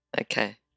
Okay